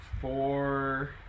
four